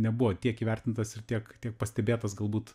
nebuvo tiek įvertintas ir tiek tiek pastebėtas galbūt